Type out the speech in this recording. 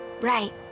Right